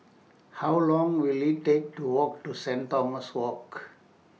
How Long Will IT Take to Walk to Saint Thomas Walk